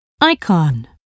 icon